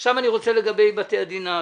עכשיו אני רוצה לגבי בתי הדין השרעיים.